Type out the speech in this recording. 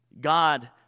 God